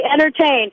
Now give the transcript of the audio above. entertained